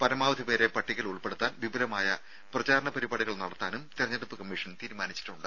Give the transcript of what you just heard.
പരമാവധി പേരെ പട്ടികയിൽ ഉൾപ്പെടുത്താൻ വിപുലമായ പ്രചാരണ പരിപാടികൾ നടത്താനും തെരഞ്ഞെടുപ്പ് കമ്മീഷൻ തീരുമാനിച്ചിട്ടുണ്ട്